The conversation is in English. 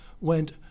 went